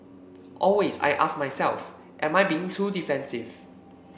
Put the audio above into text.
always I ask myself am I being too defensive